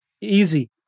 Easy